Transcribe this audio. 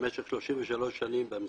למשך 33 שנים במשרד,